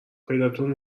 پیداتون